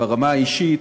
ברמה האישית,